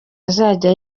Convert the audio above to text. azajya